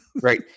Right